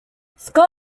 scott